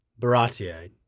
Baratier